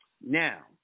Now